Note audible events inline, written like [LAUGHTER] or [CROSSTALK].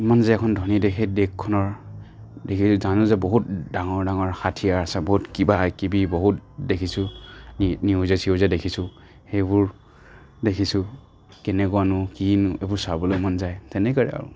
মন যায় এখন ধনী দেশে দেশখনৰ [UNINTELLIGIBLE] জানো যে বহুত ডাঙৰ ডাঙৰ হাথিয়াৰ আছে বহুত কিবাকিবি বহুত দেখিছোঁ নিউজে চিউজে দেখিছোঁ সেইবোৰ দেখিছোঁ কেনেকুৱানো কিনো সেইবোৰ চাবলৈ মন যায় তেনেকুৱাই আৰু